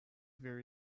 very